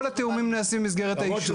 כל התיאומים נעשים במסגרת האישור.